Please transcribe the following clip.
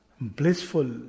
blissful